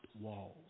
walls